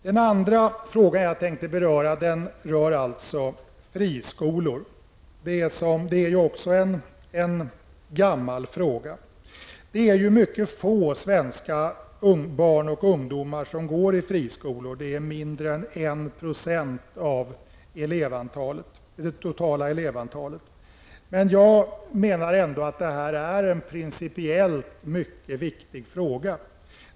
Den andra frågan som jag tänkte beröra gäller friskolor. Det är ju också en gammal fråga. Det är mycket få svenska barn och ungdomar som går i friskolor. Det är mindre än 1 % av det totala elevantalet. Jag menar ändå att det är en principiellt mycket viktig fråga.